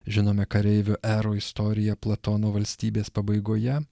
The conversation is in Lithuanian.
žinome kareivio ero istoriją platono valstybės pabaigoje